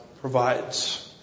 provides